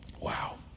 Wow